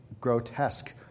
grotesque